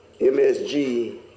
MSG